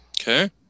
Okay